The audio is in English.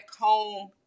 home